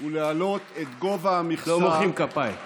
לא מוחאים כפיים.